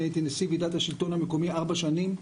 אני הייתי נשיא ועידת השלטון המקומי ארבע שנים,